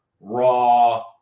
raw